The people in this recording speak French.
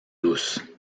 douce